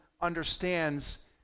understands